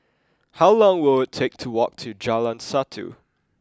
how long will take to walk to Jalan Satu